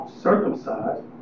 circumcised